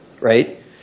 right